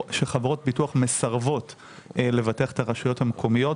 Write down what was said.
ביטוח מסרבות לבטח את הרשויות המקומיות.